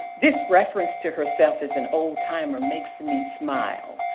this reference to herself is an old-timer makes me smile.